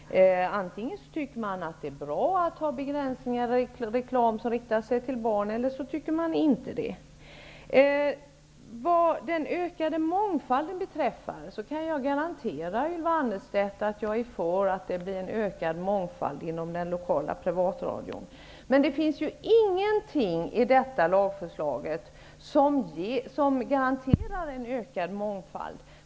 Antingen tycker man att det är bra att det finns begränsningar vad gäller reklam som riktar sig till barn eller så tycker man inte det. Jag kan garantera Ylva Annerstedt att jag är för en ökad mångfald inom den privata lokalradion. Men det finns ingenting i detta lagförslag som garanterar en ökad mångfald.